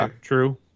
True